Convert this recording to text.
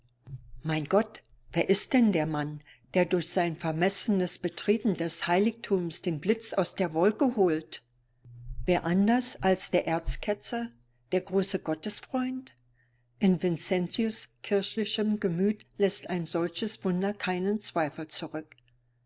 mein gott wer ist denn der mann der durch sein vermessenes betreten des heiligtums den blitz aus der wolke holt wer anders als der erzketzer der große gottesfreund in vincentius kirchlichem gemüt läßt ein solches wunder keinen zweifel zurück